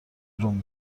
روم